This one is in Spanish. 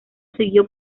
siguió